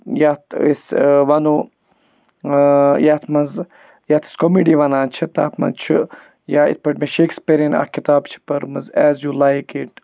یَتھ أسۍ وَنو یَتھ منٛز یَتھ أسۍ کومِڈی وَنان چھِ تَتھ منٛز چھِ یا یِتھ پٲٹھۍ مےٚ شیکسپیریَن اَکھ کِتاب چھِ پٔرمٕژ ایز یوٗ لایِک اِٹ